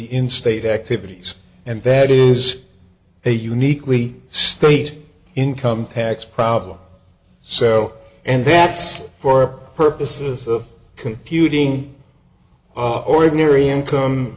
in state activities and that is a uniquely state income tax problem so and that's for purposes of computing ordinary income